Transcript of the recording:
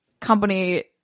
company